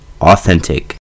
Authentic